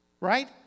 right